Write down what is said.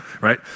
right